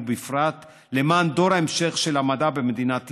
ובפרט למען דור ההמשך של המדע במדינת ישראל.